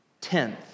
Tenth